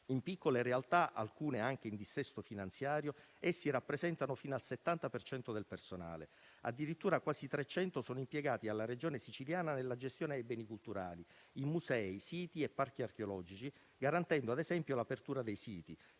In piccole realtà, alcune anche in dissesto finanziario, essi rappresentano fino al 70 per cento del personale. Addirittura quasi 300 sono impiegati alla Regione Siciliana nella gestione dei beni culturali, in musei, siti e parchi archeologici, garantendo ad esempio l’apertura dei siti